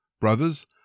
Brothers